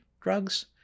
drugs